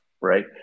right